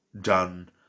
done